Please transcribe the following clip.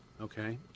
Okay